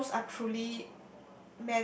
animals are truly